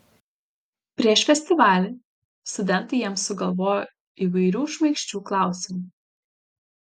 prieš festivalį studentai jiems sugalvojo įvairių šmaikščių klausimų